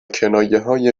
کنایههای